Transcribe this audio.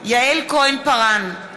יעל כהן-פארן,